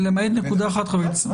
ציר